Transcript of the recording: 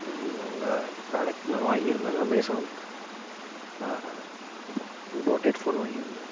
ம் உங்கள் ப்ராடக்ட் நான் வாங்கியிருந்தேன் அமேசான் போட் ஹெட் ஃபோன் வாங்கியிருந்தேன்